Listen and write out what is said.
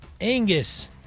Angus